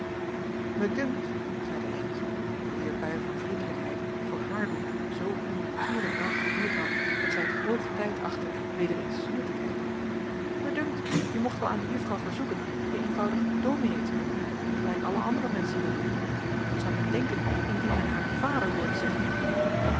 dunkt zeide leentje wier bui van vriendelijkheid voor haar doen zoo onnatuurlijk lang geduurd had dat zij het hoog tijd achtte weder eens zuur te kijken mij dunkt je mocht wel aan de juffrouw verzoeken je eenvoudig dominee te noemen gelijk alle andere menschen hier doen wat zou men denken indien men haar vader hoorde zeggen